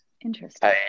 Interesting